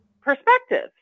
perspective